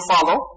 follow